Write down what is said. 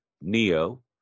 Neo